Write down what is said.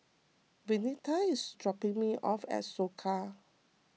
Vernita is dropping me off at Soka